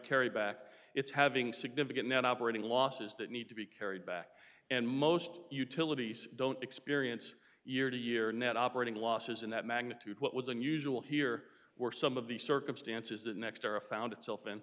carry back it's having significant not operating losses that need to be carried back and most utilities don't experience year to year net operating losses in that magnitude what was unusual here were some of the circumstances that next era found itself in